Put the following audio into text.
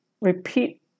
repeat